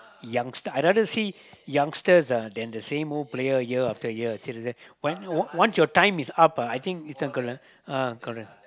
youngster I rather see youngsters ah than the same old player year after year seriously when once your time is up ah I think is not gonna uh correct